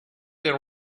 the